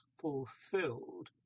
fulfilled